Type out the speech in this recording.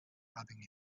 rubbing